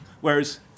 Whereas